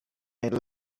that